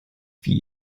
wie